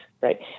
right